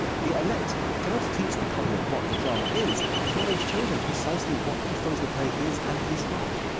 the elect cannot teach the public what the drama is till they show them precisely what the photoplay is and is not.